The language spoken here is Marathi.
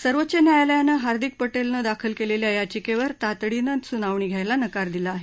सर्वोच्च न्यायालयानं हार्दिक पटेलनं दाखल केलेल्या याचिकेवर तातडीनं सूनावणी घ्यायला नकार दिला आहे